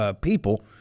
people